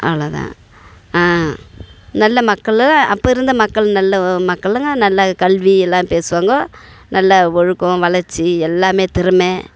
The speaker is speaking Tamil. அவ்வளோதான் நல்ல மக்களும் அப்போ இருந்த மக்கள் நல்ல மக்களுங்க நல்லா கல்வி எல்லாம் பேசுவாங்க நல்ல ஒழுக்கம் வளர்ச்சி எல்லாம் திறமை